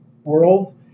World